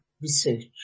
research